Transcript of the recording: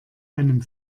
einem